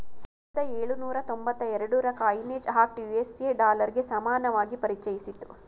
ಸಾವಿರದ ಎಳುನೂರ ತೊಂಬತ್ತ ಎರಡುರ ಕಾಯಿನೇಜ್ ಆಕ್ಟ್ ಯು.ಎಸ್.ಎ ಡಾಲರ್ಗೆ ಸಮಾನವಾಗಿ ಪರಿಚಯಿಸಿತ್ತು